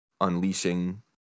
unleashing